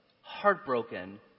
heartbroken